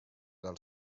del